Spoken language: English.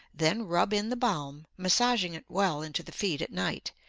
then rub in the balm, massaging it well into the feet at night,